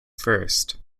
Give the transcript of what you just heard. first